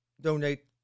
donate